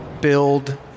build